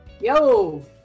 Yo